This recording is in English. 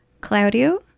Claudio